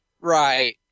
Right